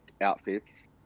outfits